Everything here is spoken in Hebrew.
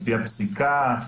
לפי הפסיקה,